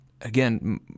again